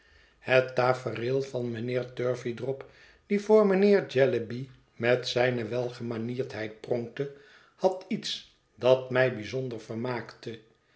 het tafereel van mijnheer turveydrop die voor mijnheer jellyby met zijne welgemanierdheid pronkte had iets dat mij bijzonder vermaakte